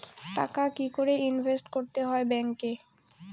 টাকা কি করে ইনভেস্ট করতে হয় ব্যাংক এ?